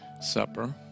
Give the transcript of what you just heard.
supper